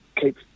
keep